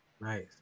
Nice